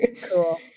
Cool